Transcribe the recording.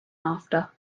after